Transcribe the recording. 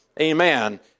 amen